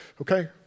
okay